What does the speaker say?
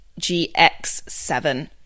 GX7